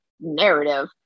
narrative